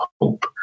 hope